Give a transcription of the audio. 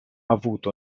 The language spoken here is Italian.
avuto